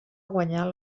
guanyar